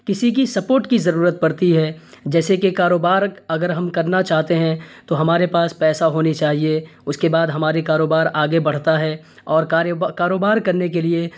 کسی کی سپوٹ کی ضرورت پڑتی ہے جیسے کہ کاروبار اگر ہم کرنا چاہتے ہیں تو ہمارے پاس پیسہ ہونے چاہیے اس کے بعد ہمارے کاروبار آگے بڑھتا ہے اور کاروبار کرنے کے لیے